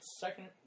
second